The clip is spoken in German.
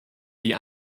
die